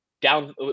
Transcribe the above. down